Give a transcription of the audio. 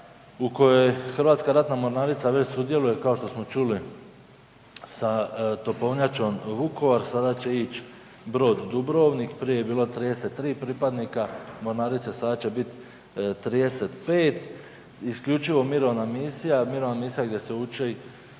u kojoj Hrvatska ratna mornarica već sudjeluje kao što smo čuli sa topovnjačom Vukovar, sada će ići brod Dubrovnik, prije je bilo 33 pripadnika mornarice, sada će biti 35. Isključivo mirovina misija, mirovna misija gdje se uči i